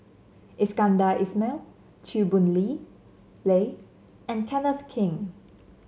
Iskandar Ismail Chew Boon Lee Lay and Kenneth Keng